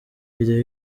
video